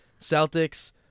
Celtics